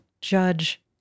judge